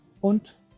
und